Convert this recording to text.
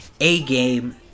A-game